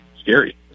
scary